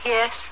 Yes